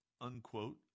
unquote